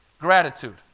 gratitude